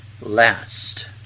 last